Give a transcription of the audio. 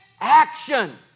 action